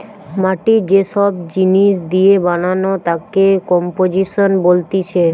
মাটি যে সব জিনিস দিয়ে বানানো তাকে কম্পোজিশন বলতিছে